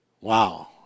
Wow